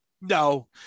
No